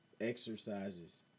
exercises